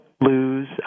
lose